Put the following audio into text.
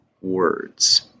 words